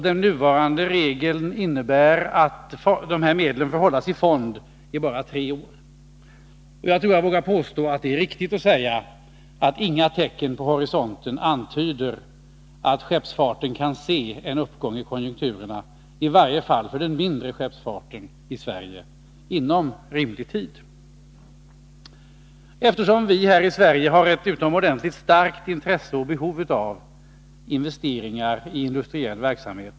Den nuvarande regeln innebär att medlen får hållas i fond under endast tre år. Jag tror jag vågar påstå att det är riktigt att konstatera att inga tecken tyder på att skeppsfarten kan vänta en uppgång i konjunkturerna inom rimlig tid — i varje fall gäller detta för den mindre skeppsfarten i 47 Sverige. Vi har i Sverige ett utomordentligt starkt intresse för och behov av investeringar i industriell verksamhet.